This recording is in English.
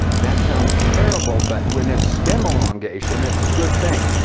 that sounds terrible but when it's stem elongation it's a good thing.